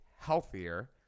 healthier